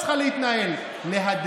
עליתי פה אתמול בשעת לילה מאוחרת בשביל